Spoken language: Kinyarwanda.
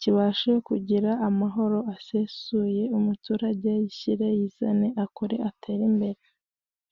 kibashe kugira amahoro asesuye, umuturage yishyire yizane, akore atere imbere.